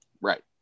Right